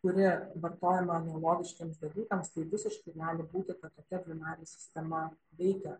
kuri vartojama analogiškiems dalykams tai visiškai gali būti kad tokia dvinarė sistema veikia